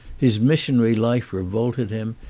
his missionary life re volted him,